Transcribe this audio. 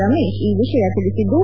ರಮೇಶ್ ಈ ವಿಷಯ ತಿಳಿಸಿದ್ದು